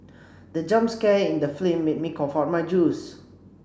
the jump scare in the film made me cough out my juice